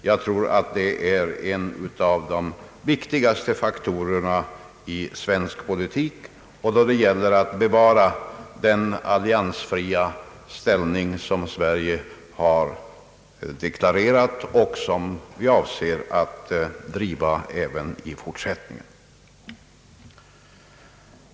Jag tror att detta är en av de viktigaste faktorerna i svensk politik och då det gäller att bevara den alliansfria linje som Sverige har deklarerat och som vi avser att driva även i fortsättningen.